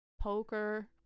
poker